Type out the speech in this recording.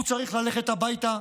הוא צריך ללכת הביתה,